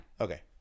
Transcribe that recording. Okay